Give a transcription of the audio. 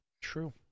True